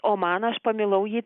o man aš pamilau jį